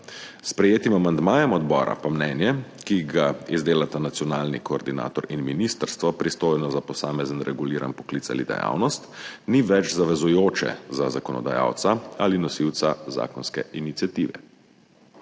sprejetim amandmajem odbora pa mnenje, ki ga izdelata nacionalni koordinator in ministrstvo, pristojno za posamezen reguliran poklic ali dejavnost, ni več zavezujoče za zakonodajalca ali nosilca zakonske iniciative.